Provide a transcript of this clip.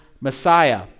Messiah